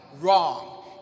Wrong